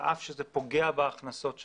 על אף שזה פוגע בהכנסות שלהן,